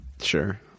Sure